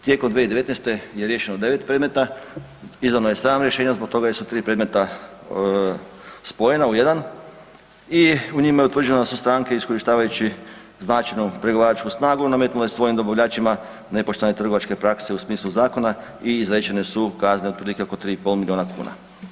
Tijekom 2019. je riješeno 9 predmeta, izdano je 7 rješenja zbog toga jer su tri predmeta spojena u jedan i u njima je utvrđeno da su stranke iskorištavajući značajnu prigovaračku snagu nametnule svojim dobavljačima nepoštene trgovačke prakse u smislu zakona i izrečene su kazne otprilike oko 3,5 milijuna kuna.